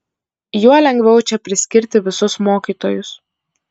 juo lengviau čia priskirti visus mokytojus